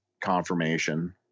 confirmation